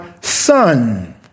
son